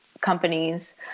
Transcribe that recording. companies